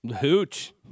Hooch